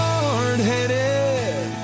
Hard-headed